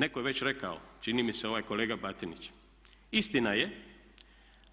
Netko je već rekao čini mi se ovaj kolega Batinić, istina je